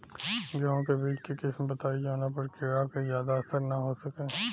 गेहूं के बीज के किस्म बताई जवना पर कीड़ा के ज्यादा असर न हो सके?